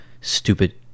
stupid